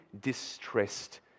distressed